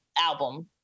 album